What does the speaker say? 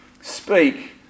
speak